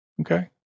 Okay